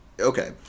Okay